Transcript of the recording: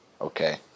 okay